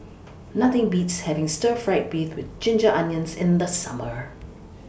Nothing Beats having Stir Fried Beef with Ginger Onions in The Summer